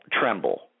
tremble